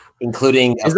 including